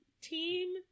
team